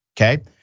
okay